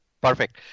Perfect